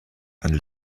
and